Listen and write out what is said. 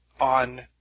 on